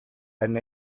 and